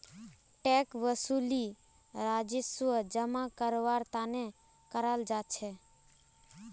tax वसूली राजस्व जमा करवार तने कराल जा छे